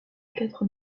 quatre